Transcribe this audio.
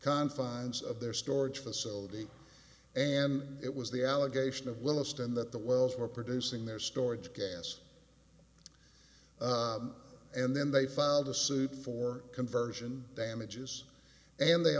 confines of their storage facility and it was the allegation of williston that the wells were producing their storage gas and then they filed a suit for conversion damages and they